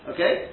Okay